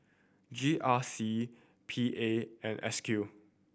G R C P A and S Q